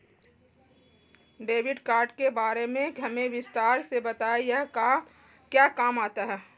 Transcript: Debit card के बारे में हमें विस्तार से बताएं यह क्या काम आता है?